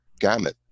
gamut